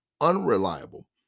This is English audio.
unreliable